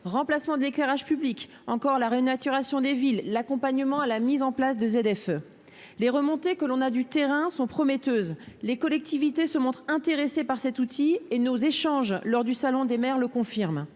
remplacement de l'éclairage public, de la renaturation des villes, ou de l'accompagnement à la mise en place de zones à faibles émissions (ZFE). Les remontées du terrain sont prometteuses : les collectivités se montrent intéressées par cet outil et nos échanges lors du salon des maires le confirment.